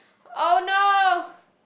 oh no